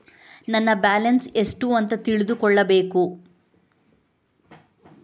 ನನ್ನ ಬ್ಯಾಲೆನ್ಸ್ ಎಷ್ಟು ಅಂತ ತಿಳಿದುಕೊಳ್ಳಬೇಕು?